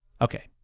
Okay